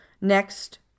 next